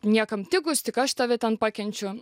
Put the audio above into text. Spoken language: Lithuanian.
niekam tikusi tik aš tave ten pakenčiu